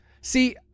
see